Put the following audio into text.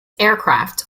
aircraft